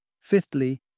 Fifthly